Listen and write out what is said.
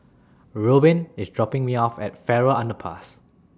Reubin IS dropping Me off At Farrer Underpass